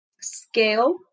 scale